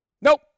Nope